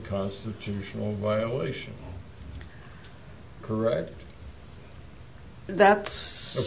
constitutional violation correct that's